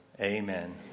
Amen